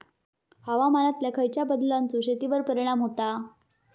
हवामानातल्या खयच्या बदलांचो शेतीवर परिणाम होता?